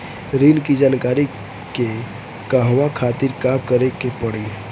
ऋण की जानकारी के कहवा खातिर का करे के पड़ी?